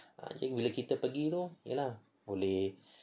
I think bila kita pergi tu apa boleh